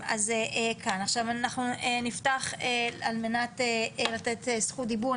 אנחנו נפתח על מנת לתת זכות דיבור.